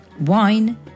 wine